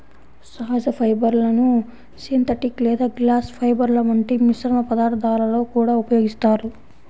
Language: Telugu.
సహజ ఫైబర్లను సింథటిక్ లేదా గ్లాస్ ఫైబర్ల వంటి మిశ్రమ పదార్థాలలో కూడా ఉపయోగిస్తారు